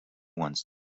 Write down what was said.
wants